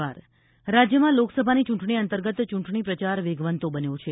ચૂંટણી પ્રચાર રાજ્યમાં લોકસભાની ચૂંટણી અંતર્ગત ચૂંટણી પ્રચાર વેગ વંતો બન્યો છે